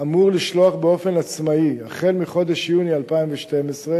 אמור לשלוח באופן עצמאי, החל מחודש יוני 2012,